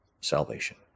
salvation